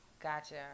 gotcha